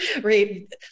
right